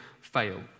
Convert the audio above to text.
fail